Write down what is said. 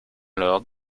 lord